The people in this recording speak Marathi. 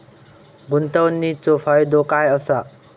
गुंतवणीचो फायदो काय असा?